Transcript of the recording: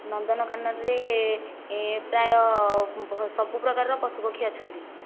ନନ୍ଦନକାନନରେ ଏ ପ୍ରାୟ ସବୁ ପ୍ରକାରର ପଶୁପକ୍ଷୀ ଅଛନ୍ତି